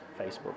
Facebook